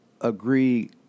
agree